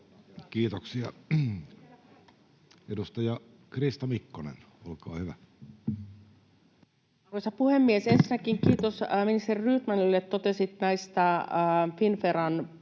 Kiitoksia. — Edustaja Krista Mikkonen, olkaa hyvä. Arvoisa puhemies! Ensinnäkin kiitos ministeri Rydmanille. Totesit tästä Finnveran pienyrityksille